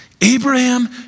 Abraham